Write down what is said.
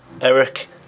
Eric